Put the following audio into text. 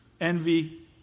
envy